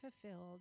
fulfilled